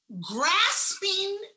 grasping